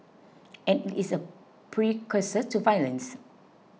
and it is a precursor to violence